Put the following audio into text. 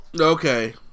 Okay